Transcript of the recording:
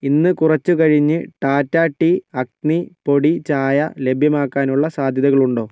ഇന്ന് കുറച്ചു കഴിഞ്ഞ് ടാറ്റാ ടീ അഗ്നി പൊടി ചായ ലഭ്യമാക്കാനുള്ള സാധ്യതകളുണ്ടോ